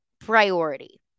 priority